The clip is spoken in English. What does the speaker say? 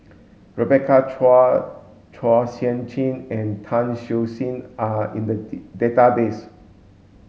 Rebecca Chua Chua Sian Chin and Tan Siew Sin are in the database